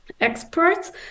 experts